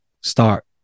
start